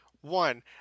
One